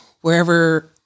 wherever